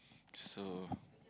so